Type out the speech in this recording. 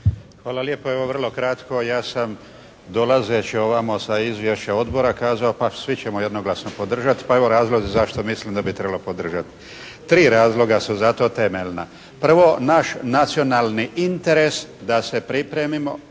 Hvala lijepa. Evo vrlo kratko. Ja sam dolazeći ovamo sa izvješćem odbora kazao pa svi ćemo jednoglasno podržati, pa evo razlozi zašto mislim da bi trebalo podržati. Tri razloga su za to temeljna. Prvo, naš nacionalni interes da se pripremimo